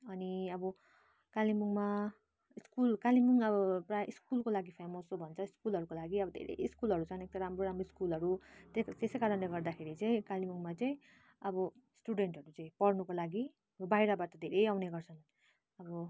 अनि अब कालिम्पोङमा स्कुल कालिम्पोङ अब प्राय स्कुलको लागि फेमस हो भन्छ स्कुलहरूको लागि अब धेरै स्कुलहरू छन् एक त राम्रो राम्रो स्कुलहरू ते त्यसै कारणले गर्दाखेरि चाहिँ कालिम्पोङमा चाहिँँ अब स्टुडेन्टहरू चाहिँ पढ्नुको लागि बाहिरबाट धेरै आउने गर्छन् अब